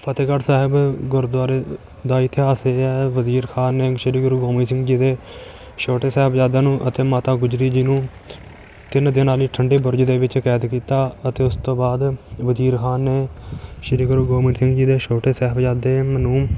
ਫਤਿਹਗੜ੍ਹ ਸਾਹਿਬ ਗੁਰਦੁਆਰੇ ਦਾ ਇਤਿਹਾਸ ਇਹ ਹੈ ਵਜ਼ੀਰ ਖ਼ਾਨ ਨੇ ਸ਼੍ਰੀ ਗੁਰੂ ਗੋਬਿੰਦ ਸਿੰਘ ਜੀ ਦੇ ਛੋਟੇ ਸਾਹਿਬਜ਼ਾਦਿਆਂ ਨੂੰ ਅਤੇ ਮਾਤਾ ਗੁਜਰੀ ਜੀ ਨੂੰ ਤਿੰਨ ਦਿਨਾਂ ਲਈ ਠੰਡੇ ਬੁਰਜ ਦੇ ਵਿੱਚ ਕੈਦ ਕੀਤਾ ਅਤੇ ਉਸ ਤੋਂ ਬਾਅਦ ਵਜ਼ੀਰ ਖ਼ਾਨ ਨੇ ਸ਼੍ਰੀ ਗੁਰੂ ਗੋਬਿੰਦ ਸਿੰਘ ਜੀ ਦੇ ਛੋਟੇ ਸਾਹਿਬਜ਼ਾਦੇ ਮ ਨੂੰ